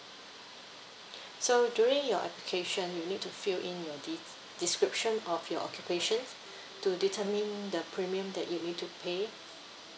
so during your application you need to fill in your de~ description of your occupation to determine the premium that you need to pay